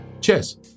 Cheers